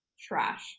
trash